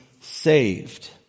saved